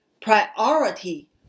priority